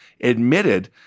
admitted